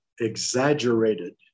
exaggerated